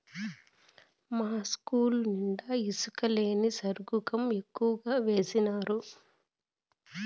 మా ఇస్కూలు నిండా ఇసుక నేలని సరుగుకం ఎక్కువగా వేసినారు